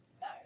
No